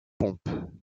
pompes